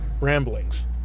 ramblings